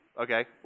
okay